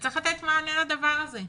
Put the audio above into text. וצריך לתת מענה לדבר הזה.